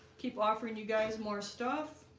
keep offering you guys more stuff